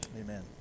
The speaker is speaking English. Amen